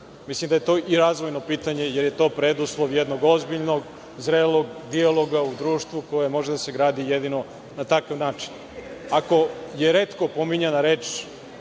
Mislim da je to i razvojno pitanje, jer je to preduslov jednog ozbiljnog, zrelog dijaloga u društvu koje može da se gradi jedino na takav način. Ako je retko pominjana reč